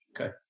Okay